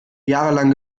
jahrelang